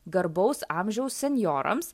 garbaus amžiaus senjorams